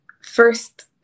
first